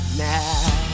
now